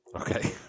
Okay